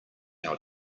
our